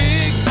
Big